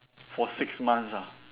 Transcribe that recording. for six months ah